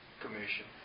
Commission